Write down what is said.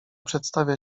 przedstawia